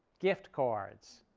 gift cards.